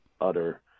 utter